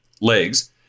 legs